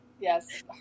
Yes